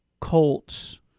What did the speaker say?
Colts –